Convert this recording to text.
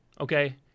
okay